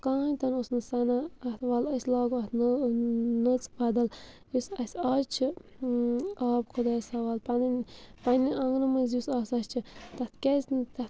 کَہَے تہِ نہٕ اوس نہٕ سَنان اَتھ وَلہٕ أسۍ لاگو اَتھ نٔہ نٔژ بَدَل یُس اَسہِ آز چھِ آب خۄدایَس حَوال پَنٕنۍ پنٛنہِ آنٛگنہٕ منٛز یُس آسان چھِ تَتھ کیازِ نہٕ تَتھ